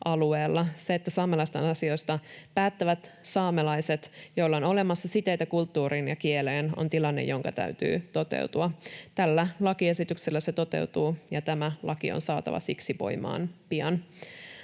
Se, että saamelaisten asioista päättävät saamelaiset, joilla on olemassa siteitä kulttuuriin ja kieleen, on tilanne, jonka täytyy toteutua. Tällä lakiesityksellä se toteutuu, ja tämä laki on saatava siksi voimaan pian.